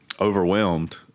overwhelmed